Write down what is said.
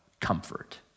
comfort